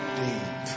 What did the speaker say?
deep